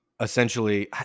essentially